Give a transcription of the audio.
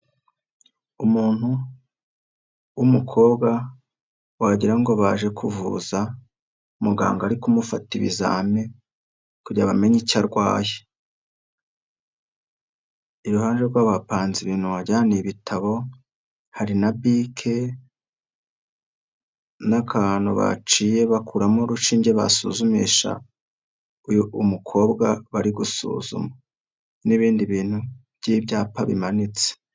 Umuntu w'umukobwa wagira ngo baje kuvuza muganga ari kumufata ibizami kugira ngo bamenye icyo arwaye, iruhande rwabo hapanze ibintu wagira ngo ni ibitabo, hari na bike n'akantu baciye bakuramo urushinge basuzumisha uyu mukobwa bari guzuma n'ibindi bintu by'ibyapa bimanitse.